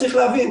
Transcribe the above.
צריך להבין,